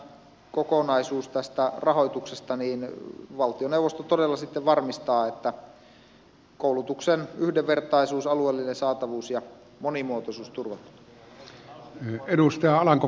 kokonaisuus tästä rahoituksesta niin valtioneuvosto todella sitten varmistaa että koulutuksen yhdenvertaisuus alueellinen saatavuus ja monimuotoisuus turvataan